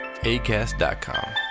ACAST.COM